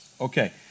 Okay